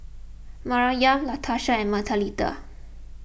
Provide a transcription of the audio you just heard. Maryam Latasha and Mathilde